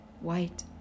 white